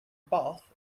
bath